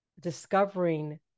discovering